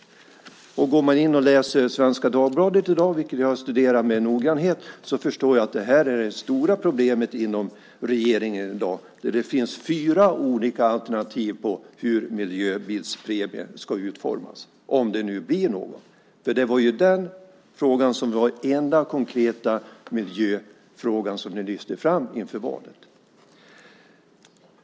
Om man läser i dagens nummer av Svenska Dagbladet, som jag studerat med noggrannhet, förstår man att det här är det stora problemet i regeringen i dag. Det finns fyra olika alternativ till hur miljöbilspremien ska utformas - om det blir någon. Det var den enda konkreta miljöfråga som ni lyfte fram inför valet.